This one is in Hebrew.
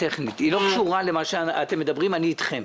טוהר בחירות זה דבר שמשלמים עליו כסף.